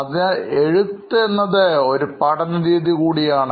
അതിനാൽ എഴുത്ത് എന്നത് ഒരു പഠന രീതി കൂടിയാണ്